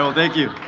um thank you.